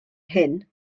hyn